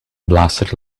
blasted